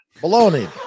Bologna